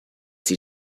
see